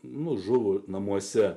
mūsų žuvo namuose